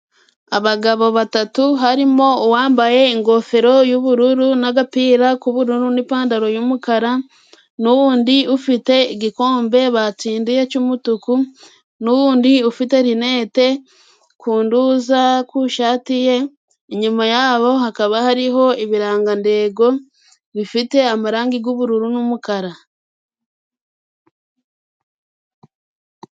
Abagabo batatu harimo uwambaye ingofero y'ubururu n'agapira k'ubururu, n'ipantaro y'umukara, n'undi ufite igikombe batsindiye cy'umutuku, n'undi ufite rinete ku ishati ye， inyuma yabo hakaba hariho ibirangantengo bifite amarangi y'ubururu n'umukara.